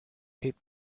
taped